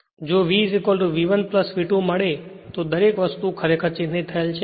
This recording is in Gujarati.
અને જો V V1 V2 મળે તો તેથી દરેક વસ્તુ ખરેખર ચિહ્નિત થયેલ છે